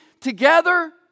together